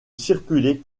circuler